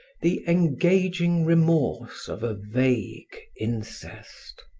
the engaging remorse of a vague incest.